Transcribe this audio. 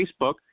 facebook